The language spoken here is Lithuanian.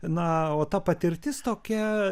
na o ta patirtis tokia